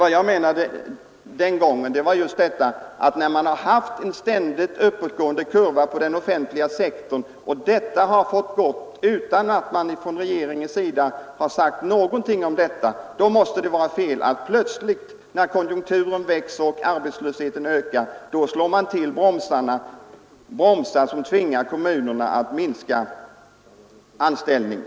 Vad jag menade med mitt uttalande var, att när vi länge haft en ständigt uppåtgående trend på den offentliga sektorn och det har fått gå utan att man från regeringens sida har gjort någonting åt det, då måste det vara fel att plötsligt när konjunkturen vänder och arbetslösheten ökar slå till bromsar som tvingar kommunerna att minska anställningarna.